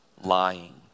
lying